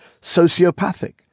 sociopathic